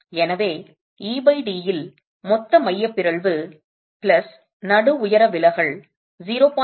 எனவே ed இல் மொத்த மையப் பிறழ்வு பிளஸ் நடு உயரம் விலகல் 0